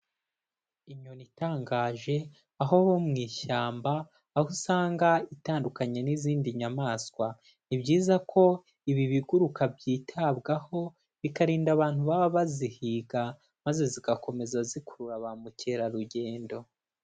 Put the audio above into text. Inyoni itangaje aho mu ishyamba aho usanga itandukanye n'izindi nyamaswa, ni byiza ko ibi biguruka byitabwaho bikarinda abantu baba bazihiga maze zigakomeza zikurura ba mukerarugendo.